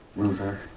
loser.